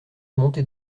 montée